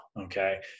Okay